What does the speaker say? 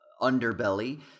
underbelly